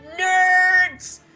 nerds